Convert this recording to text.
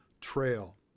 trail